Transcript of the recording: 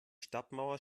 stadtmauer